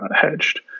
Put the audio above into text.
hedged